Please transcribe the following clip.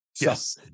Yes